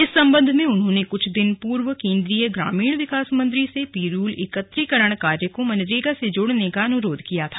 इस सम्बन्ध में उन्होंने कुछ दिन पूर्व केन्द्रीय ग्रामीण विकास मंत्री से पिरूल एकत्रीकरण कार्य को मनरेगा से जोड़ने का अनुरोध किया था